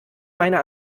meine